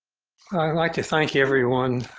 i'd like to thank everyone